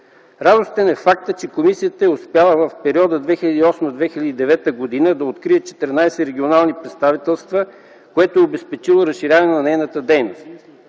Радостен е фактът, че комисията е успяла за периода 2008-2009 г. да открие 14 регионални представителства, което е обезпечило разширяването на нейната дейност.